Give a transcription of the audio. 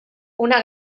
una